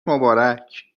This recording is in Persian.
مبارک